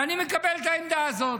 ואני מקבל את העמדה הזאת.